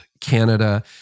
Canada